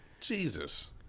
Jesus